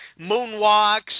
moonwalks